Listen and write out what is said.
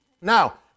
Now